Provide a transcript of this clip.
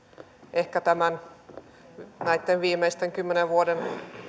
ehkä näitten viimeisten kymmenen vuoden